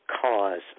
cause